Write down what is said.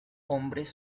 hombres